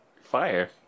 fire